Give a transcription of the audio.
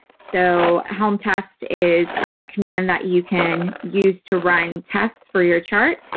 so helm test is a command that you can use to run tests for your chart.